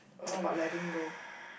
about letting go